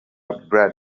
brad